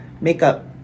makeup